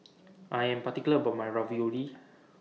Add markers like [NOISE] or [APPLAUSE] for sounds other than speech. [NOISE] I Am particular about My Ravioli